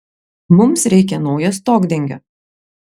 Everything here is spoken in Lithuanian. mums reikia naujo stogdengio